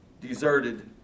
deserted